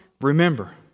remember